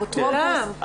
האפוטרופוס.